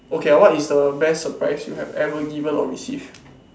okay ah what is the best surprise you have ever given or receive